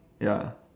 ya